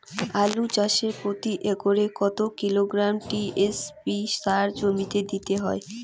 আলু চাষে প্রতি একরে কত কিলোগ্রাম টি.এস.পি সার জমিতে দিতে হয়?